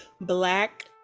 Black